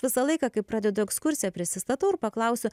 visą laiką kai pradedu ekskursiją prisistatau ir paklausiu